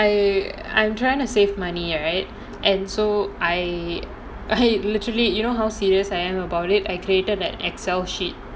no because I I I'm trying to save money right and so I I had literally you know how serious I am about it I created an excel sheet